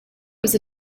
was